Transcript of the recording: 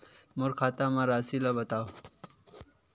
मोर खाता म राशि ल बताओ?